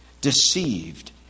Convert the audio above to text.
deceived